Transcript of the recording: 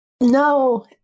No